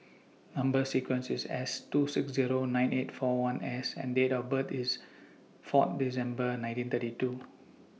Number sequence IS S two six Zero nine eight four one S and Date of birth IS four December nineteen thirty two